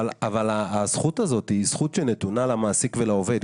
אבל הזכות הזאת היא זכות שנתונה למעסיק ולעובד.